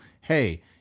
hey